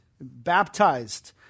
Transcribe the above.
baptized